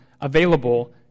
available